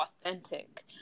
authentic